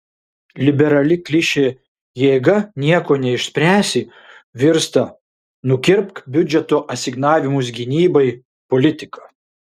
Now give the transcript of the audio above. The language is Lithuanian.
liberali klišė jėga nieko neišspręsi virsta nukirpk biudžeto asignavimus gynybai politika